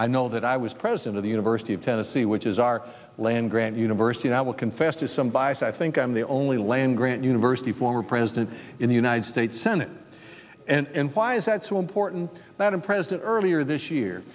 i know that i was president of the university of tennessee which is our land grant university and i will confess to some bias i think i'm the only land grant university former president in the united states senate and why is that so important that i'm president earlier this year